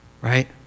Right